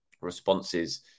responses